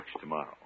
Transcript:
tomorrow